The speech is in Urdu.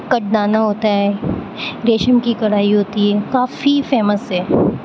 کٹ دانا ہوتا ہے ریشم کی کڑھائی ہوتی ہے کافی فیمس ہے